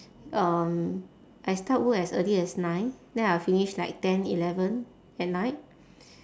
um I start work as early as nine then I will finish like ten eleven at night